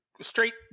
straight